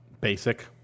basic